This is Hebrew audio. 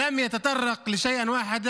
תודה רבה.